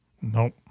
Nope